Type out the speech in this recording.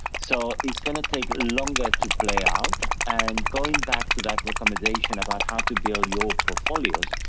so, it's gonna take longer to play out and going back to that recommendation about how to build your portfolios,